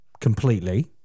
completely